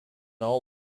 all